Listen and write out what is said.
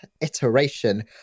iteration